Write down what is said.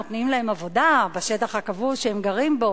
נותנים להם עבודה בשטח הכבוש שהם גרים בו,